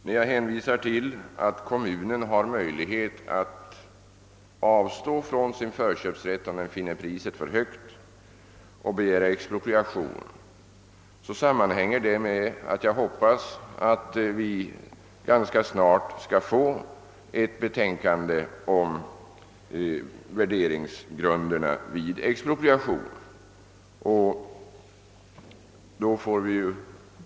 | Att jag hänvisar till att kommunen har möjlighet att avstå från sin förköpsrätt, om den finner priset för högt, och begära expropriation sammanhänger med att jag hoppas att det ganska snart skall komma ett betänkande om värderingsgrunderna vid expropriation.